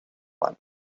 one